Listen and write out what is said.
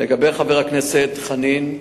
לגבי חבר הכנסת חנין,